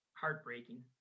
heartbreaking